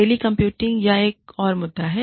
telecommuting यहां एक और मुद्दा है